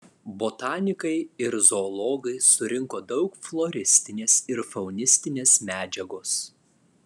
botanikai ir zoologai surinko daug floristinės ir faunistinės medžiagos